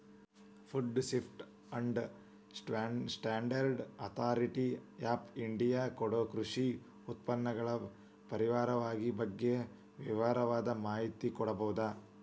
food safety and standard authority of India ಕೊಡೊ ಕೃಷಿ ಉತ್ಪನ್ನಗಳ ಪರವಾನಗಿ ಬಗ್ಗೆ ವಿವರವಾದ ಮಾಹಿತಿ ಪಡೇಬೋದು